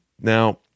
Now